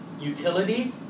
utility